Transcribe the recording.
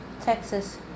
Texas